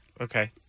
Okay